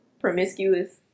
Promiscuous